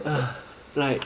like